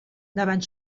davant